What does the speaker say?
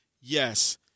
Yes